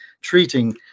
treating